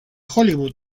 hollywood